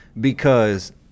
because-